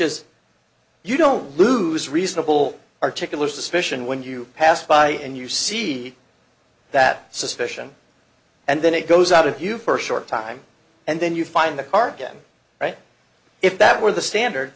is you don't lose reasonable articulable suspicion when you pass by and you see that suspicion and then it goes out of you for a short time and then you find the car again right if that were the standard